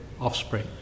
offspring